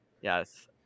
yes